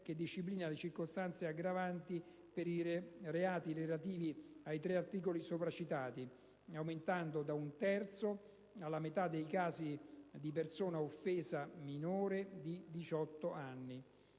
che disciplina le circostanze aggravanti per i reati relativi ai tre articoli sopra citati, aumentando da un terzo alla metà la pena se la persona offesa è minore di diciotto